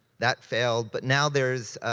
that failed, but now there's